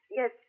yes